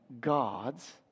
gods